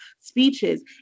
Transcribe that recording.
speeches